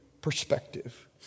perspective